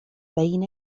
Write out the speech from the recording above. بين